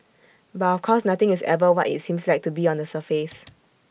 but of course nothing is ever what IT seems like to be on the surface